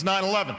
9-11